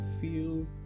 feel